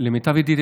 למיטב ידיעתי,